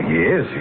yes